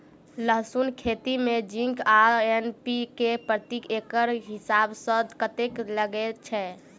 लहसून खेती मे जिंक आ एन.पी.के प्रति एकड़ हिसाब सँ कतेक लागै छै?